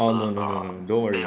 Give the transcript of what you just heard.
oh no no no don't worry